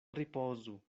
ripozu